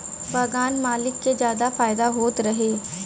बगान मालिक के जादा फायदा होत रहे